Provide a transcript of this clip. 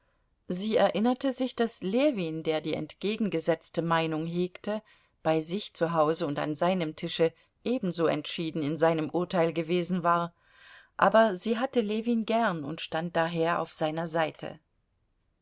sie erinnerte sich daß ljewin der die entgegengesetzte meinung hegte bei sich zu hause und an seinem tische ebenso entschieden in seinem urteil gewesen war aber sie hatte ljewin gern und stand daher auf seiner seite